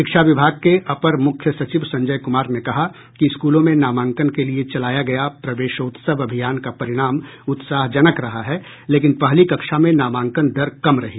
शिक्षा विभाग के अपर मुख्य सचिव संजय कुमार ने कहा कि स्कूलों में नामांकन के लिए चलाया गया प्रवेशोत्सव अभियान का परिणाम उत्साहजनक रहा है लेकिन पहली कक्षा में नामांकन दर कम रही